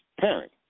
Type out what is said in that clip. parent